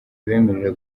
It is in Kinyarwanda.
ibemerera